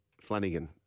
Flanagan